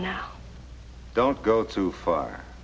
now don't go too far